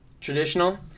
Traditional